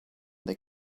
that